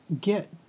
get